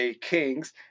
Kings